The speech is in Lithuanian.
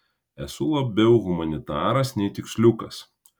esu labiau humanitaras nei tiksliukas